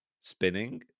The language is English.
spinning